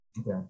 Okay